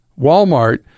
Walmart